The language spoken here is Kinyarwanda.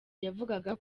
yavugaga